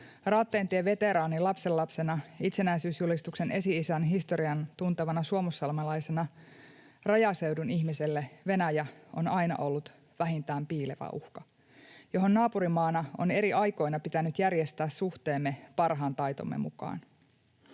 Raatteentien veteraanin lapsenlapsena, itsenäisyysjulistuksen esi-isien historian tuntevana suomussalmelaisena rajaseudun ihmiselle Venäjä on aina ollut vähintään piilevä uhka, johon naapurimaana on eri aikoina pitänyt järjestää suhteemme parhaan taitomme mukaan.